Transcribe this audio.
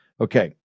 okay